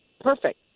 Perfect